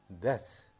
death